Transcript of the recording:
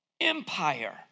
empire